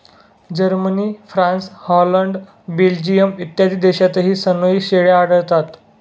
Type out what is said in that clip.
Germany, France, Holland, Belgium इत्यादी देशांतही सनोई शेळ्या आढळतात